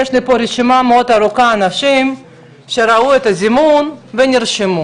יש לי פה רשימה מאוד ארוכה של אנשים שראו את הזימון ונרשמו.